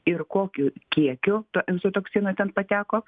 ir kokiu kiekiu to egzotoksino ten pateko